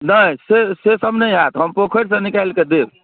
नहि से सेसभ नहि हैत हम पोखरिसँ निकालिके देब